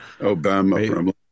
Obama